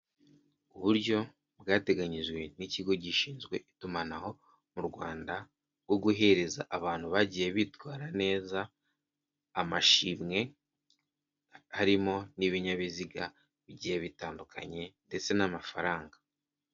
Uburyo bwateganyijwe n'ikigo gishinzwe itumanaho mu Rwanda, bwo guhereza abantu bagiye bitwara neza amashimwe harimo n'ibinyabiziga bigiye bitandukanye ndetse n'amafaranga.